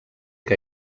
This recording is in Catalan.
que